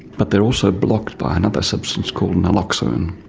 but they are also blocked by another substance called naloxone,